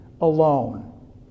alone